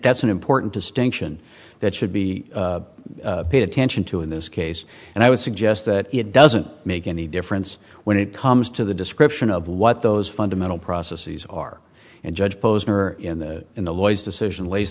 that's an important distinction that should be paid attention to in this case and i would suggest that it doesn't make any difference when it comes to the description of what those fundamental processes are and judge posner in the in the lawyers decision lays